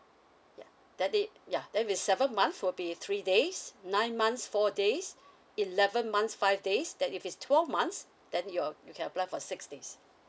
yeah that is yeah then if seven months will be three days nine months four days eleven months five days then if it's twelve months then you're you can apply for six days